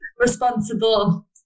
responsible